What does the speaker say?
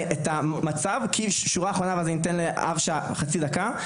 את המצב כי שורה אחרונה ואז אני אתן לאבשה חצי דקה,